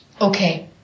Okay